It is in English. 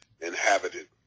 inhabited